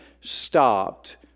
stopped